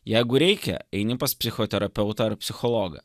jeigu reikia eini pas psichoterapeutą ar psichologą